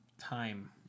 Time